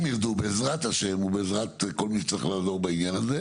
אם ירדו בעזרת השם ובעזרת כל מי שצריך לעזור בעניין הזה,